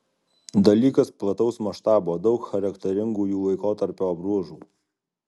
dalykas plataus maštabo daug charakteringųjų laikotarpio bruožų